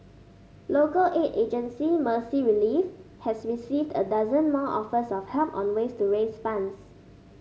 local aid agency Mercy Relief has received a dozen more offers of help on ways to raise funds